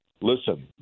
listen